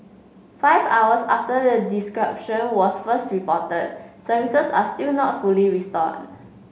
five hours after the disruption was first reported services are still not fully restored